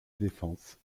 défense